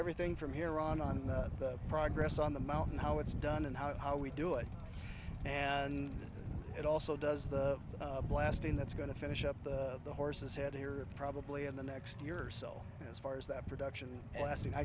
everything from here on on the progress on the mountain how it's done and how we do it and it also does the blasting that's going to finish up the horse's head here probably in the next year or so as far as that production lasting i